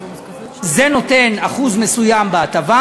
זה נותן אחוז מסוים בהטבה,